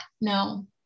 No